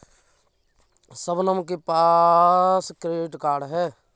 शबनम के पास credit card है